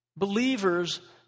Believers